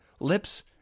Lips